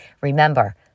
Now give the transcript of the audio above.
Remember